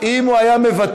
אם הוא היה מוותר,